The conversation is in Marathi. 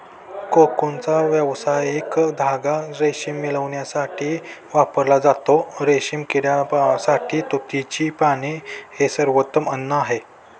कोकूनचा व्यावसायिक धागा रेशीम मिळविण्यासाठी वापरला जातो, रेशीम किड्यासाठी तुतीची पाने हे सर्वोत्तम अन्न आहे